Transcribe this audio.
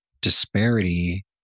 disparity